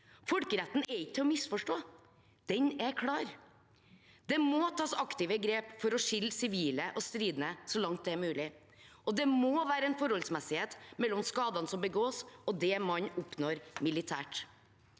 Folkeretten er ikke til å misforstå, den er klar. Det må tas aktive grep for å skille sivile og stridende så langt det er mulig, og det må være en forholdsmessighet mellom skadene som begås, og det man oppnår militært.